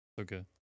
Okay